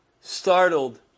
startled